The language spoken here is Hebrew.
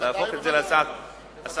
להפוך את זה להצעה רגילה.